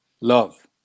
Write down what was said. love